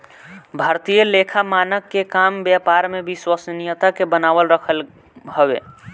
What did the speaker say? भारतीय लेखा मानक के काम व्यापार में विश्वसनीयता के बनावल रखल हवे